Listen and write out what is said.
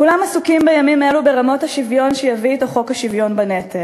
כולם עסוקים בימים אלו ברמות השוויון שיביא אתו חוק השוויון בנטל.